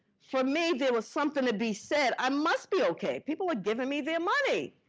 for me, there was something to be said. i must be okay, people are giving me their money.